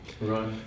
Right